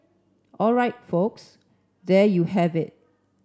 all right folks there you have it